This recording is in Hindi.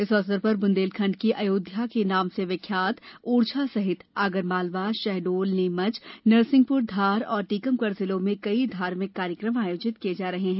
इस अवसर पर बुंदेलखंड की अयोध्या के नाम से विख्यात ओरछा सहित आगरमालवा शहडोल नीमच नरसिंहपुर धार और टीकमगढ़ जिलों में कई धार्मिक कार्यक्रम आयोजित किये जा रहे हैं